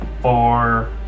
four